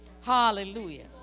Hallelujah